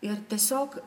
ir tiesiog